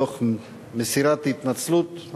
תוך מסירת התנצלות,